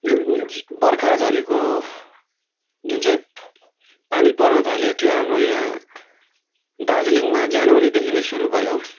जुन बर्खा झरीको जुन चाहिँ पानी पर्नु थाल्यो त्यो हाम्रो यहाँ दार्जिलिङमा जनवरीदेखि नै सुरु भयो